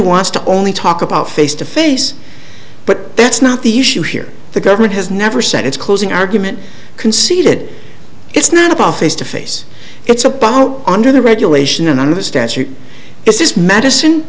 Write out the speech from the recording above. wants to only talk about face to face but that's not the issue here the government has never said it's closing argument conceded it's not about face to face it's a bomb under the regulation and on the statute this is medicine